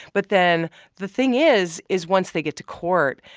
but then the thing is is once they get to court,